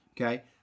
Okay